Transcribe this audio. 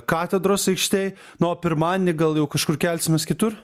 katedros aikštėj na o pirmadienį gal jau kažkur kelsimės kitur